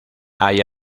hay